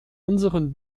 unseren